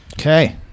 Okay